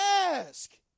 Ask